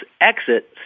exit